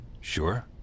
sure